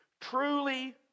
Truly